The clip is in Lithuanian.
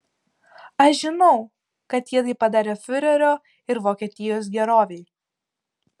aš žinau kad jie tai padarė fiurerio ir vokietijos gerovei